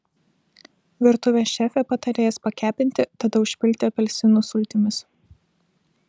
virtuvės šefė pataria jas pakepinti tada užpilti apelsinų sultimis